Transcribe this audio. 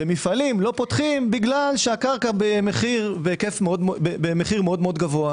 ומפעלים לא פותחים בגלל שהקרקע במחיר מאוד גבוה.